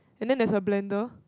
and then there's a blender